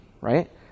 right